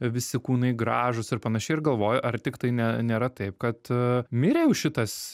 visi kūnai gražūs ir panašiai galvoju ar tik tai ne nėra taip kad mirė jau šitas